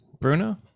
bruno